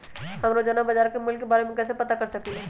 हम रोजाना बाजार के मूल्य के के बारे में कैसे पता कर सकली ह?